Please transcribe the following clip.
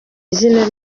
izina